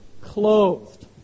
clothed